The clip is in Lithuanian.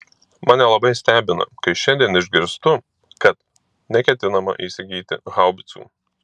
mane labai stebina kai šiandien išgirstu kad neketinama įsigyti haubicų